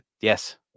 yes